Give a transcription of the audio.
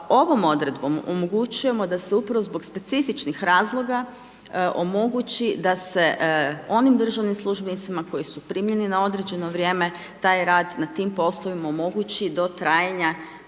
ovom odredbom omogućujemo da se upravo zbog specifičnih razloga omogući da se onim državnim službenicima koji su primljeni na određeno vrijeme taj rad na tim poslovima omogući do trajanja